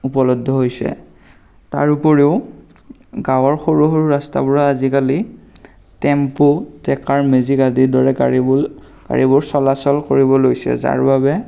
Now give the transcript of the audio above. উপলব্ধ হৈছে তাৰ উপৰিও গাঁৱৰ সৰু সৰু ৰাস্তাবোৰো আজিকালি টেম্পু ট্ৰেকাৰ মেজিক আদিৰ দৰে গাড়ীবোৰ গাড়ীবোৰ চলাচল কৰিব লৈছে যাৰ বাবে